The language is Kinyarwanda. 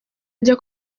ajya